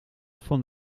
van